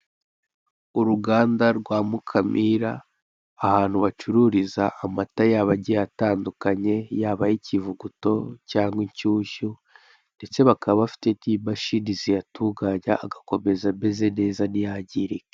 Uruganda rwa Mukamira, ahantu bacururiza amata yabo agiye atandukanye, yaba ay'ikivuguto, cyangwa inshyushyu, ndetse bakaba bafite n'imashini ziyatunganya agakomeza ameze neza ntiyangirike.